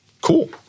Cool